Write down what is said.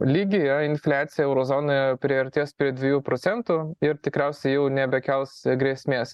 lygyje infliacija euro zonoje priartės prie dviejų procentų ir tikriausiai jau nebekels grėsmės